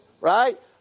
Right